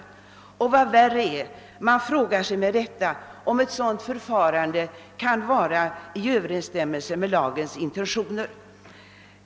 Vad värre är man frågar sig med rätta om ett sådant förfarande kan vara i överensstämmelse med lagens intentioner.